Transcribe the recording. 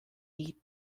eat